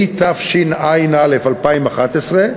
התשע"א 2011,